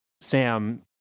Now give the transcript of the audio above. Sam